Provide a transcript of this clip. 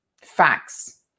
Facts